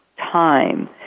time